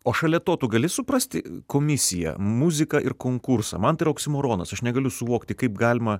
o šalia to tu gali suprasti komisiją muziką ir konkursą man tai yra oksimoronas aš negaliu suvokti kaip galima